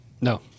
No